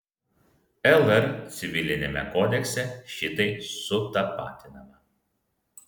lr civiliniame kodekse šitai sutapatinama